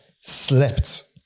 slept